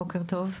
בוקר טוב.